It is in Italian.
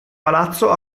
palazzo